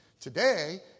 Today